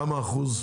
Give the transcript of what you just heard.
כמה אחוזים?